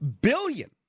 billion